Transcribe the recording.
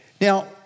Now